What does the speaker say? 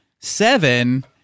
Seven